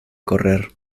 correr